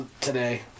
today